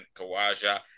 Kawaja